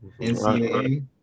NCAA